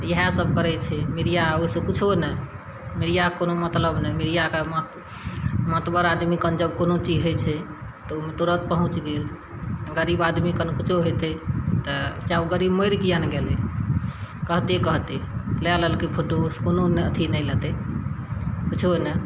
इएहे सभ करय छै मीडिया उ सभ कुछो नहि मीडियाके कोनो मतलब नहि मीडियाके महतबर आदमीके कन जौ कोनो चीज हइ छै तऽ ओइमे तुरत पहुँच गेल गरीब आदमी कनऽ कुछो हेतय तऽ चाहे उ गरीब मरि किए नहि गेल होइ कहते कहते लए लेलकय फोटोओ से कोनो अथी नहि लेतय कुछो नहि